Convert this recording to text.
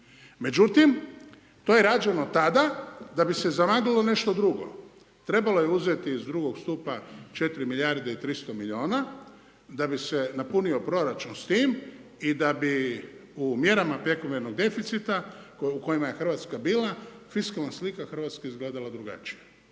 Međutim, to je rađeno tada da bi se zamaglilo nešto drugo. Trebalo je uzeti iz drugog stupa 4 milijarde i 300 miliona da bi se napunio proračun s tim i da bi u mjerama prekomjernog deficita u kojima je Hrvatska bila fiskalna slika Hrvatske izgledala drugačije.